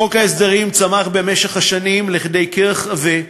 חוק ההסדרים צמח במשך השנים כדי כרך עבה,